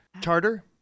charter